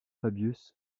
fabius